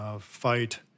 fight